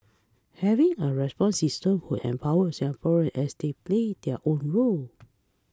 having a response system would empower Singaporeans as they play their own role